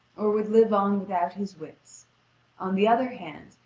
or would live on without his wits on the other hand,